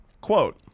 Quote